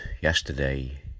yesterday